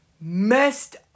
Messed